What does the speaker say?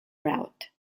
route